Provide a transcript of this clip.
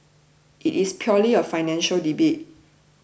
it is purely a financial debate